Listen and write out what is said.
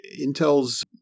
Intel's